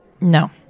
No